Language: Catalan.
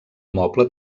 moble